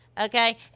okay